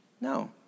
No